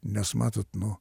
nes matote nu